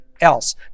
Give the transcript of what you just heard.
else